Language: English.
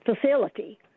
facility